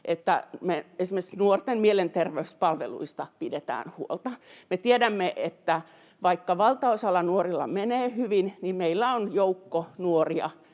että esimerkiksi nuorten mielenterveyspalveluista pidetään huolta. Me tiedämme, että vaikka valtaosalla nuorista menee hyvin, niin meillä on joukko nuoria,